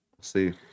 See